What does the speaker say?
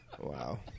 Wow